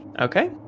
Okay